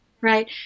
right